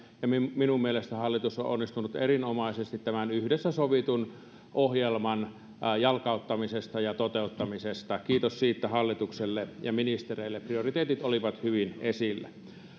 minun mielestäni hallitus on onnistunut erinomaisesti tämän yhdessä sovitun ohjelman jalkauttamisessa ja toteuttamisessa kiitos siitä hallitukselle ja ministereille prioriteetit olivat hyvin esillä